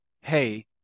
Hey